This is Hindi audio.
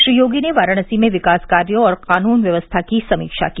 श्री योगी ने वाराणसी में विकास कार्यो और कानून व्यवस्था की समीक्षा की